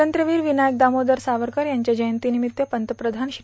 स्वातंत्र्यवीर विनायक दामोदर सावरकर यांच्या जयंतीनिमित पंतप्रधान श्री